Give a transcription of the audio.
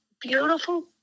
beautiful